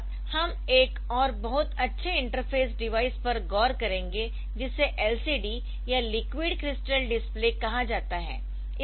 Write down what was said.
इसके बाद हम एक और बहुत अच्छे इंटरफेस डिवाइस पर गौर करेंगे जिसे LCD या लिक्विड क्रिस्टल डिस्प्ले कहा जाता है